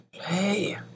Hey